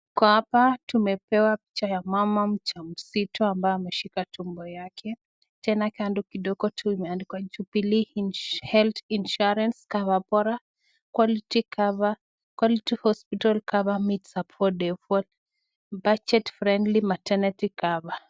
Kwa hapa tumepewa picha ya mama mjamzito ambaye ameshika tumbo yake. Tenakando yake kidogo tunaona imeandikwa Jubilee[health insurance cover] bora. [ Quality hospital cover meets affordability. Budget friendly maternity cover]